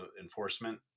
enforcement